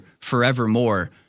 forevermore